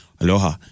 Aloha